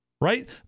right